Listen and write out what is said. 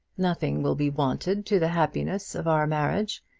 nothing will be wanted to the happiness of our marriage,